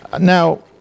Now